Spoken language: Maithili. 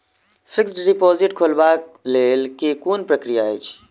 फिक्स्ड डिपोजिट खोलबाक लेल केँ कुन प्रक्रिया अछि?